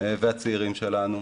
והצעירים שלנו,